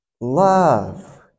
love